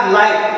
life